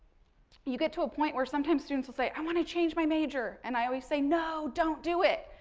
you get to a point where sometimes students will say i want to change my major. and, i always say no don't do it,